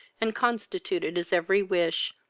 and constituted his every wish,